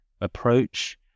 approach